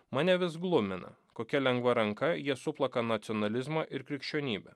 mane vis glumina kokia lengva ranka jie suplaka nacionalizmą ir krikščionybę